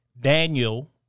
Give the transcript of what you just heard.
Daniel